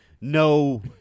no